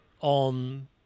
on